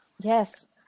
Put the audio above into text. Yes